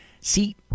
see